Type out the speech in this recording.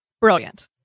brilliant